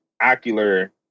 ocular